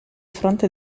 fronte